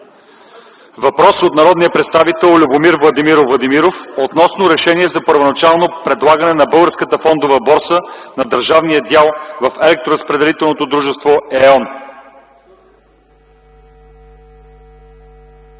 Въпрос от народния представител Любомир Владимиров Владимиров относно решение за първоначално предлагане на Българската фондова борса на държавния дял в